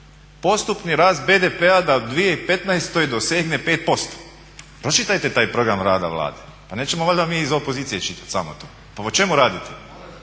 postupni rast BDP-a da u 2015.dosegne 5%. Pročitajte taj program rada Vlade. Pa nećemo valjda mi iz opozicije čitat samo to. Pa po čemu radite?